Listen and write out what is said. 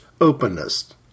openness